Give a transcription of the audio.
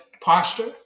Posture